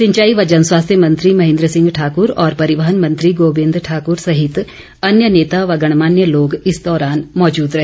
सिंचाई व जनस्वास्थ्य मंत्री महेन्द्र सिंह ठाकुर और परिवहन मंत्री गोबिंद ठाकुर सहित अन्य नेता व गणमान्य लोग इस दौरान मौजूद रहे